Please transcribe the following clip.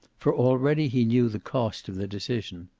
for already he knew the cost of the decision.